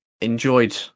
enjoyed